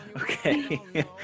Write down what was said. Okay